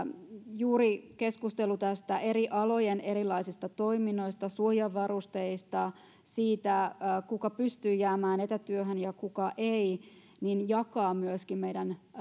juuri keskustelu tästä eri alojen erilaisista toiminnoista suojavarusteista ja siitä kuka pystyy jäämään etätyöhön ja kuka ei jakaa myöskin meidän